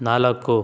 ನಾಲ್ಕು